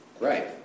Right